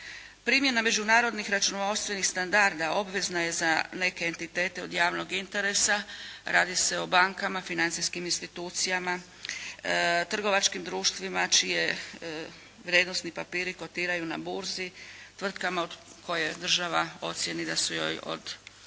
Primjena međunarodnih računovodstvenih standarda obvezna je za neke entitete od javnog interesa, radi se o bankama, financijskim institucijama, trgovačkim društvima čiji vrijednosni papiri kotiraju na burzi, tvrtkama koje država ocijeni da su joj od